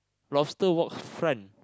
lobster walk front